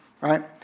right